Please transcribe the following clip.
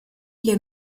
hier